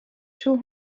two